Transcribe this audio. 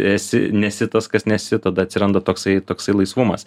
esi nesi tas kas nesi tada atsiranda toksai toksai laisvumas